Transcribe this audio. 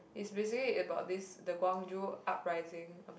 it's basically about this the Gwangju uprising about